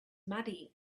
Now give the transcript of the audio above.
muddy